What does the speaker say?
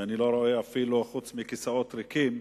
שאני לא רואה אותה, חוץ מכיסאות ריקים,